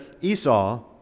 Esau